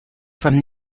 from